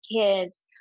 kids